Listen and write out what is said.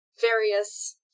various